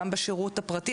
גם בשרות הפרטי.